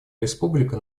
республика